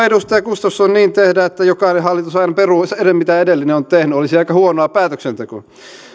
edustaja gustafsson niin tehdä että jokainen hallitus aina peruu sen mitä edellinen on tehnyt olisi aika huonoa päätöksentekoa